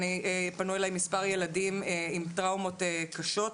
פנו אליי מספר ילדים עם טראומות קשות,